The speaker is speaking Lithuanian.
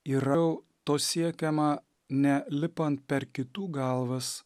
yrau to siekiama ne lipant per kitų galvas